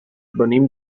venim